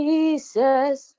Jesus